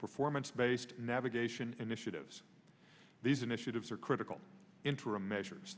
performance based navigation initiatives these initiatives are critical interim measures